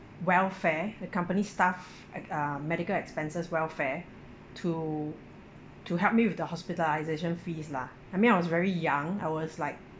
welfare the company staff ex~ uh medical expenses welfare to to help me with the hospitalisation fees lah I mean I was very young I was like